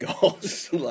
goals